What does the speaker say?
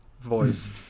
voice